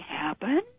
happen